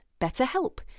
BetterHelp